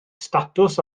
statws